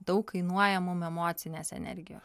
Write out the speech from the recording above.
daug kainuoja mum emocinės energijos